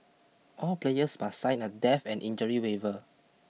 all players must sign a death and injury waiver